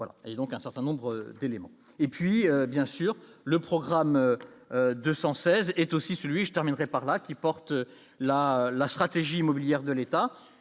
voilà donc un certain nombre d'éléments et puis bien sûr, le programme de 16 est aussi celui, je terminerai par là, qui porte la la stratégie immobilière de l'État,